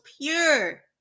pure